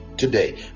today